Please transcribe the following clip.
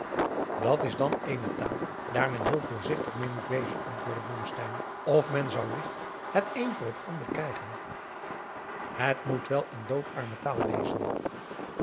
dat is dan een taal daar men heel voorzigtig meê moet wezen antwoordde blommesteyn of men zou ligt het een voor het ander krijgen het moet wel een dood arme taal wezen